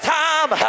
time